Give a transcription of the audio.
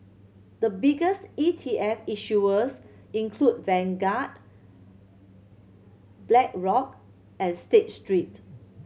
the biggest E T F issuers include Vanguard Blackrock and State Street